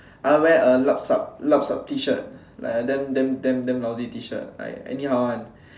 I wear a lup-sup lup-sup T-shirt like a damn damn damn damn lousy T-shirt like anyhow one